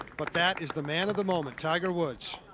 but that is the man of the moment. tiger woods.